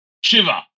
Shiva